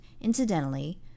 incidentally